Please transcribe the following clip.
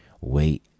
wait